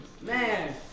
Man